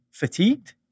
Fatigued